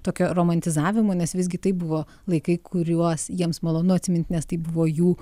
tokio romantizavimo nes visgi tai buvo laikai kuriuos jiems malonu atsimint nes tai buvo jų